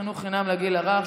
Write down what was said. חינוך חינם לגיל הרך),